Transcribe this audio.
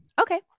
Okay